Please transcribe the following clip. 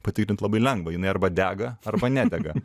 patikrint labai lengva jinai arba dega arba nedega